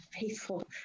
faithful